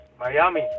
Miami